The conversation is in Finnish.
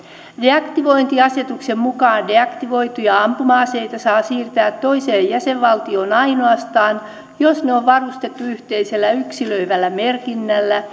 deaktivointiasetuksen mukaan deaktivoituja ampuma aseita saa siirtää toiseen jäsenvaltioon ainoastaan jos ne on varustettu yhteisellä yksilöivällä merkinnällä